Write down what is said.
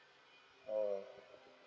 mm